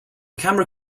camera